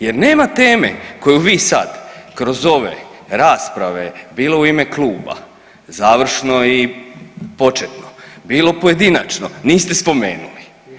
Jer nema teme koju svi sad kroz ove rasprave, bilo u ime kluba, završno i početno, bilo pojedinačno, niste spomenuli.